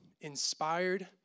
inspired